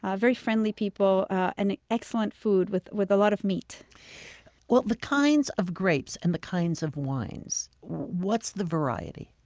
ah very friendly people, and excellent food with with a lot of meat the kinds of grapes and the kinds of wines what's the variety?